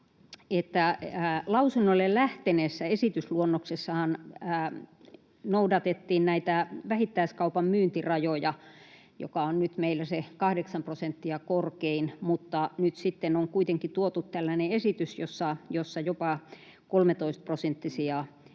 lausunnoille lähteneessä esitysluonnoksessahan noudatettiin näitä vähittäiskaupan myyntirajoja, joka on nyt meillä se kahdeksan prosenttia korkeintaan, mutta nyt sitten on kuitenkin tuotu tällainen esitys, jossa jopa 13-prosenttisia